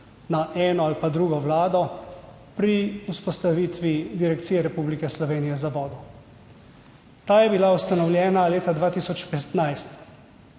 na eno ali drugo vlado pri vzpostavitvi Direkcije Republike Slovenije za vode. Ta je bila ustanovljena leta 2015,